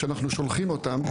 שאנחנו שולחים אותם,